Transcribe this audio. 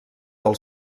del